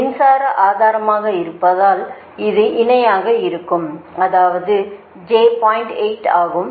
8 ஆகும்